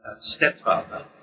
stepfather